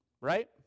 right